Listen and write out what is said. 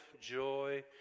joy